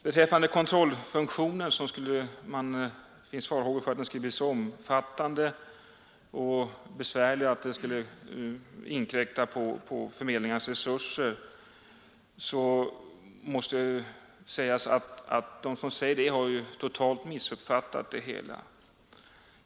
Det har uttryckts farhågor för att kontrollfunktionen skulle bli så omfattande och besvärande att den skulle inkräkta på förmedlingens resurser. De som säger detta har totalt missuppfattat det hela.